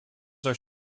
are